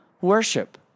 worship